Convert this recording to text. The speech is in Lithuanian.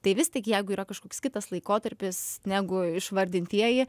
tai vis tik jeigu yra kažkoks kitas laikotarpis negu išvardintieji